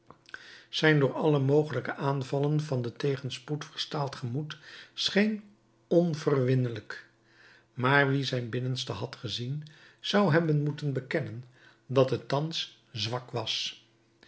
zijn door alle mogelijke aanvallen van den tegenspoed verstaald gemoed scheen onverwinnelijk maar wie zijn binnenste had gezien zou hebben moeten bekennen dat het thans zwak was